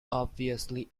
obviously